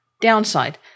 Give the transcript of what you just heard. Downside